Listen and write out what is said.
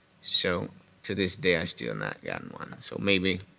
so to this day i've still not gotten one, so maybe